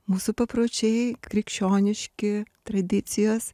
mūsų papročiai krikščioniški tradicijos